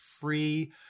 free